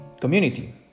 community